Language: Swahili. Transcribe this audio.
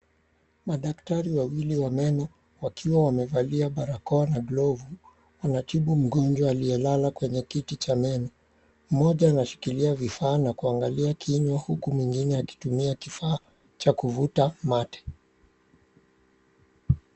Madaktari wawili wa meno wakiwa wamevalia barakoa na glovu, wanatibu moja aliyelala kwenye kiti cha meno, mmoja anashikilia vifaa na kuangalia kinywa huku mwingine akitumia kifaa cha kuvuta mate.